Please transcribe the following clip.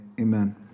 amen